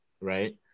right